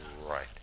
Right